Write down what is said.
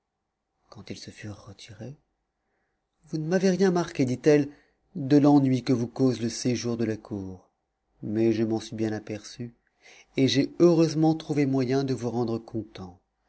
quand ils se furent retirés vous ne m'avez rien marqué dit-elle de l'ennui que vous cause le séjour de la cour mais je m'en suis bien aperçu et j'ai heureusement trouvé moyen de vous rendre content